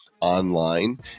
online